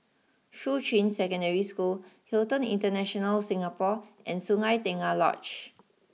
Shuqun Secondary School Hilton International Singapore and Sungei Tengah Lodge